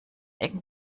ecken